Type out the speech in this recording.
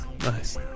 Nice